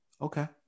Okay